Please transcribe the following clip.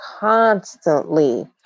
constantly